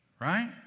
right